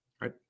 right